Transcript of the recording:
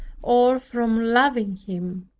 or from loving him.